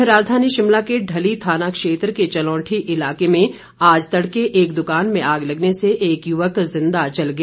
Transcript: इधर राजधानी शिमला के ढली थाना क्षेत्र के चलोंठी इलाके में आज तड़के एक दुकान में आग लगने से एक युवक जिंदा जल गया